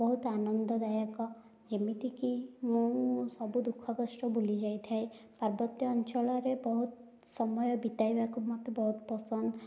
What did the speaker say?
ବହୁତ ଆନନ୍ଦଦାୟକ ଯେମିତିକି ମୁଁ ସବୁ ଦୁଃଖକଷ୍ଟ ଭୁଲିଯାଇଥାଏ ପାର୍ବତ୍ୟାଞ୍ଚଳରେ ବହୁତ ସମୟ ବିତାଇବାକୁ ମୋତେ ବହୁତ ପସନ୍ଦ